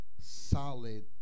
solid